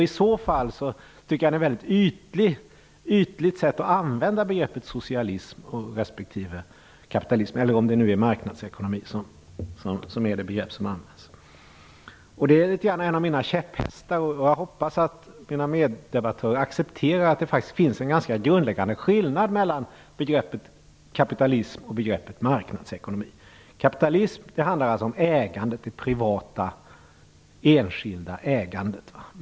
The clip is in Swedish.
I så fall tycker jag att det är ett mycket ytligt sätt att använda begreppet socialism respektive kapitalism, eller om det nu är marknadsekonomi som är det begrepp som används. Detta är en av mina käpphästar. Jag hoppas att mina meddebattörer accepterar att det faktiskt finns en ganska grundläggande skillnad mellan begreppet kapitalism och begreppet marknadsekonomi. Kapitalism handlar alltså om det privata enskilda ägandet.